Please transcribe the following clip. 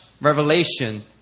revelation